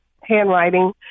handwriting